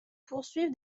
poursuivre